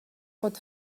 pot